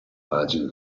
pagina